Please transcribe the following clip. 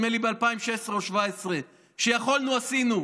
נדמה לי ב-2016 או 2017. כשיכולנו עשינו.